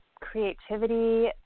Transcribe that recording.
creativity